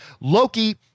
Loki